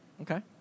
Okay